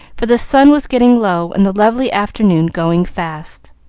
for the sun was getting low, and the lovely afternoon going fast.